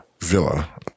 Villa